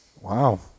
Wow